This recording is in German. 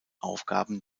aufgaben